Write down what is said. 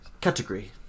Category